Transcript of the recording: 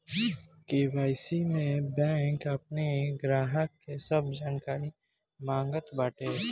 KYC में bank अपनी ग्राहक के सब जानकारी मांगत बाटे